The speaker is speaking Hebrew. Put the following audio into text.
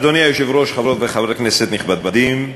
אדוני היושב-ראש, חברות וחברי כנסת נכבדים,